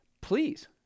Please